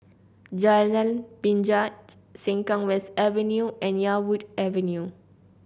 Jalan Binjai Sengkang West Avenue and Yarwood Avenue